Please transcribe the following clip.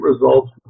results